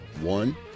one